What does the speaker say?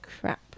crap